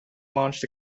launched